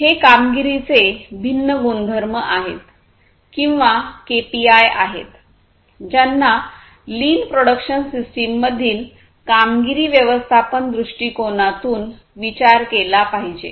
हे कामगिरीचे भिन्न गुणधर्म आहेत किंवा केपीआय आहेत ज्यांचा लीन प्रॉडक्शन सिस्टममधील कामगिरी व्यवस्थापन दृष्टीकोनातून विचार केला पाहिजे